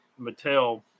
mattel